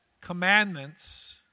commandments